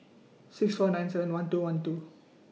six four nine seven one two one two